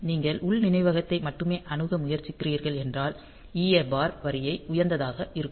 நீங்கள் உள் நினைவகத்தை மட்டுமே அணுக முயற்சிக்கிறீர்கள் என்றால் EA பார் வரி உயர்ந்ததாக இருக்கும்